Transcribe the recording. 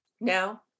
now